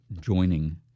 joining